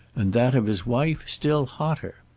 and that of his wife still hotter.